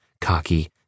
cocky